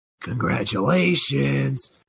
Congratulations